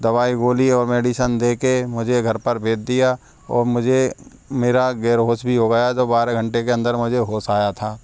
दवाई गोली और मेडिसन दे कर मुझे घर पर भेज दिया और मुझे मेरा गैर होश भी गया जो बारह घंटे के अंदर मुझे होश आया था